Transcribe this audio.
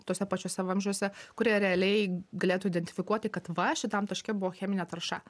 tuose pačiuose vamzdžiuose kurie realiai galėtų identifikuoti kad va šitam taške buvo cheminė tarša